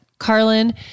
Carlin